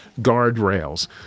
guardrails